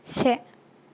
से